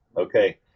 okay